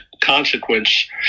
consequence